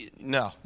no